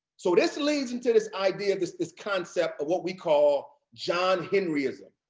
so this leads into this idea, this this concept of what we call john henryism.